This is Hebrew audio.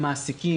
מעסיקים,